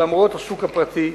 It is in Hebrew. למרות השוק הפרטי.